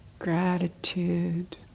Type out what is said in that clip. Gratitude